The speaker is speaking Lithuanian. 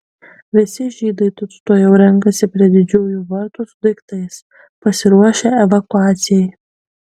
visi žydai tučtuojau renkasi prie didžiųjų vartų su daiktais pasiruošę evakuacijai